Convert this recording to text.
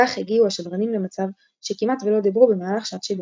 כך הגיעו השדרנים למצב שכמעט ולא דיברו במהלך שעת שידור.